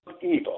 evil